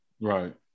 right